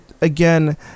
again